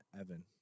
Evan